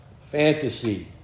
fantasy